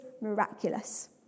miraculous